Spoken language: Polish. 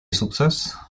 sukces